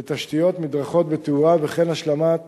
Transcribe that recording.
לתשתיות, מדרכות ותאורה וכן השלמת